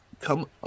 come